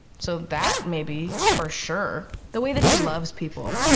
so that maybe for sure. the way that he loves people,